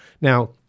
Now